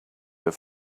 have